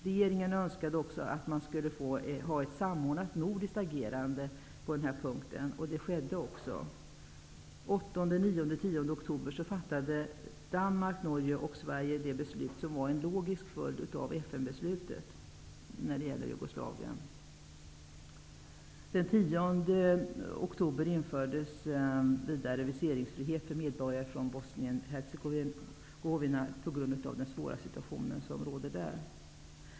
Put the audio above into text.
Regeringen önskade även ett samordnat nordiskt agerande på den här punkten, och så skedde också. Den 8, 9 och 10 oktober fattade Danmark, Norge och Sverige det beslut som blev den logiska följden av FN-beslutet när det gäller Jugoslavien. Den 10 oktober infördes vidare viseringsfrihet för medborgare från Bosnien-Hercegovina på grund av den svåra situationen där.